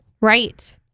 Right